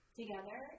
together